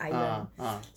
ah ah